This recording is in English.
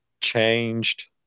changed